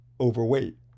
overweight